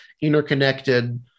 interconnected